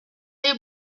est